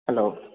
hello